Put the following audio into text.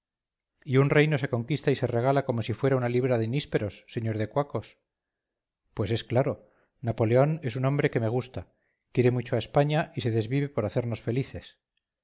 y un reino se conquista y se regala como si fuera una libra de nísperos señor de cuacos pues es claro napoleón es un hombre que me gusta quiere mucho a españa y se desvive por hacernos felices